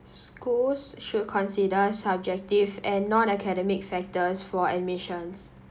schools should consider subjective and non academic factors for admissions